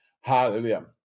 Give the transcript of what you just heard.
hallelujah